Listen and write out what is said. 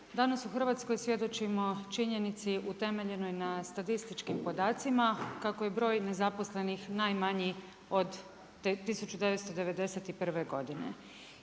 danas u Hrvatskoj svjedočimo činjenici utemeljenoj na statističkim podacima kako je broj nezaposlenih najmanji od 1991. godine.